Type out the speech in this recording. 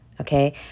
Okay